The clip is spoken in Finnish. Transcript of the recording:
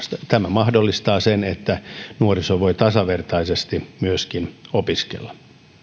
mahdollistaa sen että nuoriso voi tasavertaisesti myöskin opiskella